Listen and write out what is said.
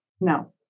No